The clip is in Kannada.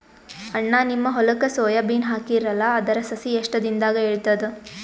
ಅಣ್ಣಾ, ನಿಮ್ಮ ಹೊಲಕ್ಕ ಸೋಯ ಬೀನ ಹಾಕೀರಲಾ, ಅದರ ಸಸಿ ಎಷ್ಟ ದಿಂದಾಗ ಏಳತದ?